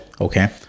okay